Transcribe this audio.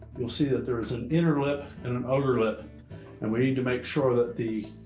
you'll see that there is an inner lip and an outer lip and we need to make sure that the